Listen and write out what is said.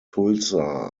tulsa